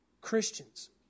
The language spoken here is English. Christians